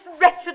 wretched